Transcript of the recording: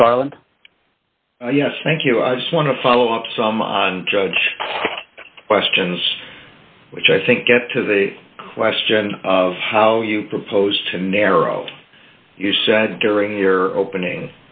garland thank you i just want to follow up some on judge questions which i think get to the question of how you propose to narrow you said during your opening